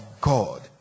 God